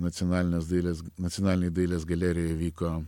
nacionalinės dailės nacionalinėj dailės galerijoj vyko